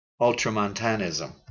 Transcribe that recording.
Ultramontanism